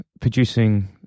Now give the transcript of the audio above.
producing